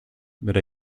bere